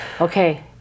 Okay